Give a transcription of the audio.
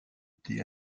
thé